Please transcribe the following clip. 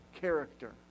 character